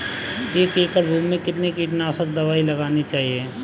एक एकड़ भूमि में कितनी कीटनाशक दबाई लगानी चाहिए?